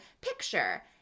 picture